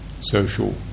Social